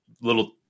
little